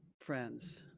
friends